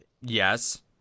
Yes